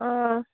অঁ